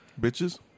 Bitches